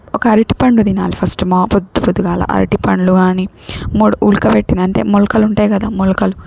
ఒక అరటిపండు తినాలి ఫస్ట్ మో పొద్దు పొద్దుగాల అరటి పండ్లు కానీ మూడు ఉడకబెట్టిన అంటే మొలకలు ఉంటాయి కదా మొలకలు